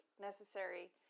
necessary